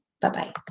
Bye-bye